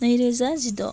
नैरोजा जिद'